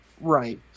Right